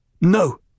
no